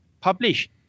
publish